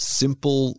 simple